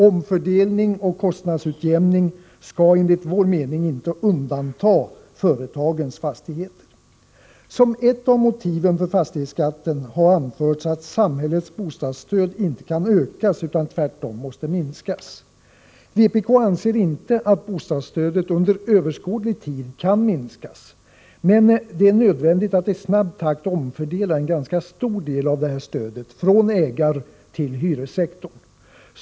Omfördelning och kostnadsutjämning skall enligt vår mening inte undanta företagens fastigheter. Som ett av motiven för fastighetsskatten har anförts att samhällets bostadsstöd inte kan ökas, utan tvärtom måste minskas. Vpk anser inte att bostadsstödet under överskådlig tid kan minskas, men det är nödvändigt att i snabb takt omfördela en ganska stor del av detta stöd från ägartill hyressektorn.